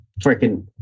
freaking